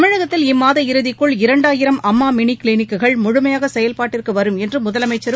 தமிழகத்தில் இம்மாத இறுதிக்குள் இரண்டாயிரம் அம்மா மினி கிளினிக்குள் முழுமையாக செயல்பாட்டுக்கு வரும் என்று முதலமைச்சரும்